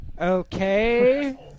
Okay